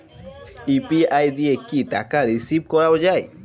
UPI দিয়ে কি টাকা রিসিভ করাও য়ায়?